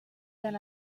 than